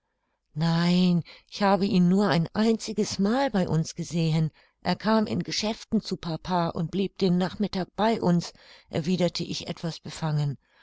nein ich habe ihn nur ein einziges mal bei uns gesehen er kam in geschäften zu papa und blieb den nachmittag bei uns erwiderte ich etwas befangen